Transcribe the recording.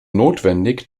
notwendig